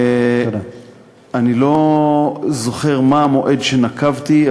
אני לא זוכר מה המועד שנקבתי,